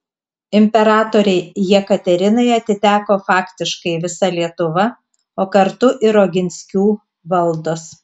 imperatorei jekaterinai atiteko faktiškai visa lietuva o kartu ir oginskių valdos